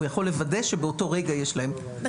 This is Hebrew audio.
הוא יכול לוודא שבאותו רגע יש להן תנועה חופשית.